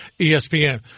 ESPN